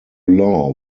law